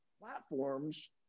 platforms